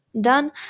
done